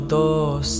dos